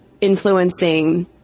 influencing